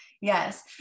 yes